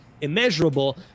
immeasurable